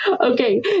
Okay